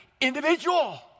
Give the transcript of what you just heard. individual